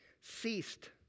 Ceased